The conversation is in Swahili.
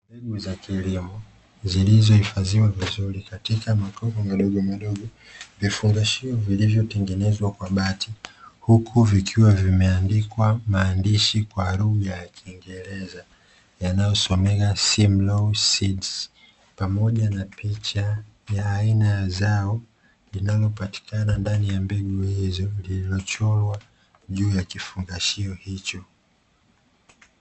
Mbegu za kilimo zilizohifadhiwa vizuri katika makopo madogo madogo vifungashio vilivyo tengenezwa kwa bati, huku vikiwa vimeandikwa maandishi kwa lugha ya kingereza yanayosomeka ''simlaw seeds'' pamoja na picha ya aina ya zao linalopatikana ndani ya mbegu hizo liIilochorwa juu ya kifungashio hicho.